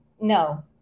no